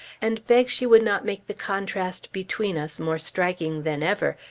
and begged she would not make the contrast between us more striking than ever,